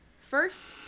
first